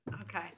okay